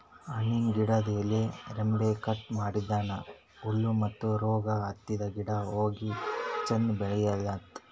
ಹಣ್ಣಿನ್ ಗಿಡದ್ ಎಲಿ ರೆಂಬೆ ಕಟ್ ಮಾಡದ್ರಿನ್ದ ಹುಳ ಮತ್ತ್ ರೋಗ್ ಹತ್ತಿದ್ ಗಿಡ ಹೋಗಿ ಚಂದ್ ಬೆಳಿಲಂತ್